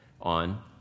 on